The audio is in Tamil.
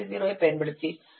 80 ஐப் பயன்படுத்தி 26